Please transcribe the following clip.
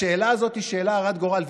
השאלה הזאת היא שאלה הרת גורל.